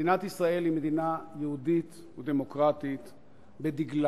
מדינת ישראל היא מדינה יהודית-דמוקרטית בדגלה,